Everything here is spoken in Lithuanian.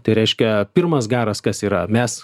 tai reiškia pirmas garas kas yra mes